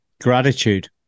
Gratitude